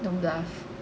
don't bluff